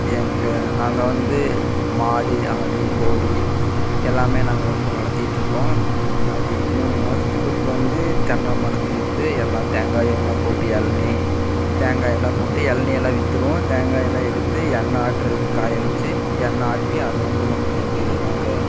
எங்கள் நாங்கள் வந்து மாடு ஆடு கோழி எல்லாமே நாங்கள் வந்து வளர்திட்டு இருக்கோம் இந்த மாதிரி மூணு மாதத்துக்கு ஒருக்க வந்து தென்னை மரத்திலேருந்து எல்லா தேங்காயெல்லாம் போட்டு இளநி தேங்காயெல்லாம் போட்டு இளநியெல்லா விற்றுருவோம் தேங்காயெல்லாம் எடுத்து எண்ணெய் ஆட்டுறதுக்கு காய வெச்சு எண்ணெய் ஆட்டி அதை வந்து மக்களுக்கு நாங்கள்